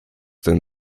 denn